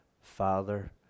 father